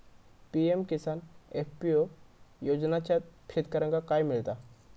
PM Kisan FPO योजनाच्यात शेतकऱ्यांका काय मिळता?